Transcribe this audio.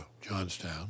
Johnstown